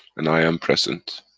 and i am present.